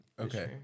Okay